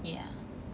yeah